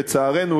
לצערנו,